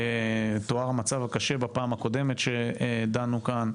תואר המצב הקשה בפעם הקודמת שדנו כאן,